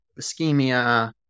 ischemia